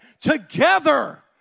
together